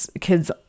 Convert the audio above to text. kids